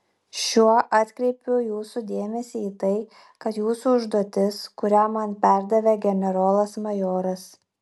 šiuo atkreipiu jūsų dėmesį į tai kad jūsų užduotis kurią man perdavė generolas majoras